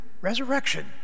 resurrection